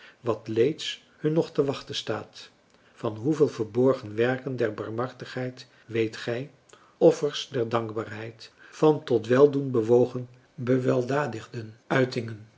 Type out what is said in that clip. wat leeds hun nog te wachten staat van hoeveel verborgen werken der barmhartigheid weet gij offers der dankbaarheid van tot weldoen bewogen beweldadigden uitingen